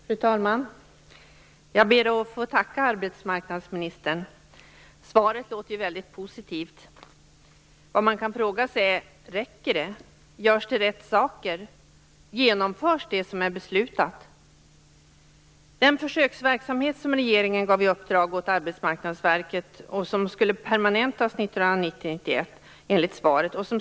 Fru talman! Jag ber att få tacka arbetsmarknadsministern för svaret som låter väldigt positivt. Men man kan fråga sig: Räcker det? Görs rätt saker? Genomförs det som är beslutat? Pågår den försöksverksamhet som regeringen gav i uppdrag åt Arbetsmarknadsverket att bedriva 1990/91 och som enligt svaret skulle permanentas?